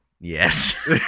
Yes